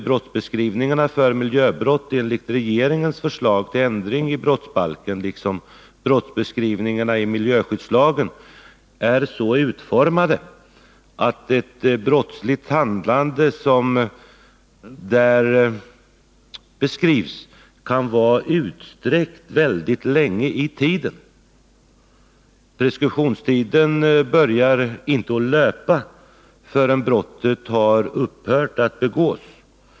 Brottsbeskrivningarna för miljöbrott enligt regeringens förslag till ändring av brottsbalken, liksom brottsbeskrivningarna i miljöskyddslagen, är så utformade att ett brottsligt handlande som där beskrivs kan vara utsträckt väldigt länge i tiden. Preskriptionstiden börjar inte att löpa förrän brottet har upphört att begås.